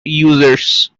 users